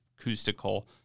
acoustical